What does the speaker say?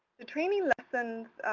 the training lessons